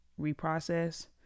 reprocess